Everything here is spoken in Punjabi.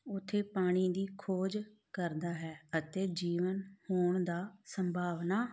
ਉੱਥੇ ਪਾਣੀ ਦੀ ਖੋਜ ਕਰਦਾ ਹੈ ਅਤੇ ਜੀਵਨ ਹੋਣ ਦਾ ਸੰਭਾਵਨਾ